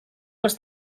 els